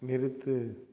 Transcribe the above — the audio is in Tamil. நிறுத்து